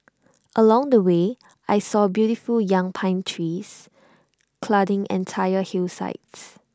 along the way I saw beautiful young pine trees cladding entire hillsides